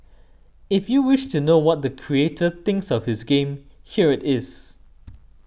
if you wish to know what the creator thinks of his game here it is